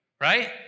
Right